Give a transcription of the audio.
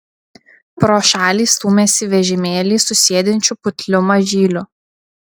pro šalį stūmėsi vežimėlį su sėdinčiu putliu mažyliu